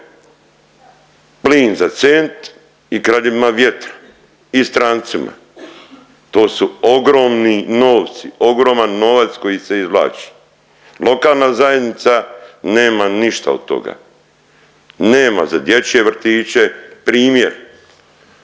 Plin za cent i kraljevima vjetra i strancima. To su ogromni novci, ogroman novac koji se izvlači. Lokalna zajednica nema ništa od toga. Nema za dječje vrtiće. Primjer,